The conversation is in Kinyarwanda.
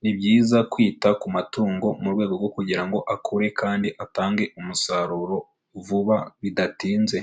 Ni byiza kwita ku matungo mu rwego rwo kugira ngo akure kandi atange umusaruro vuba bidatinze.